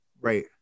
Right